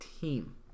team